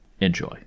Enjoy